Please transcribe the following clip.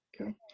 Okay